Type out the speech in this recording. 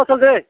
ओइ सालथे